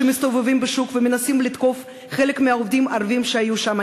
שמסתובבים בשוק ומנסים לתקוף חלק מהעובדים הערבים שהיו שם.